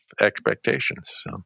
Expectations